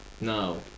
No